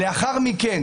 ולאחר מכן,